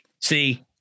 See